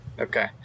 Okay